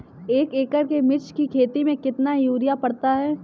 एक एकड़ मिर्च की खेती में कितना यूरिया पड़ता है?